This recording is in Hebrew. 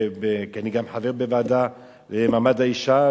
כי אני גם חבר בוועדה למעמד האשה,